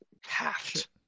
Haft